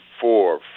four